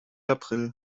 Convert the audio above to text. april